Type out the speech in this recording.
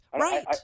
right